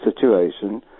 situation